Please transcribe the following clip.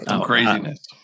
craziness